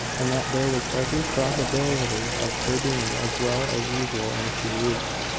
and that there was every probability of her being as well as usual in a few weeks,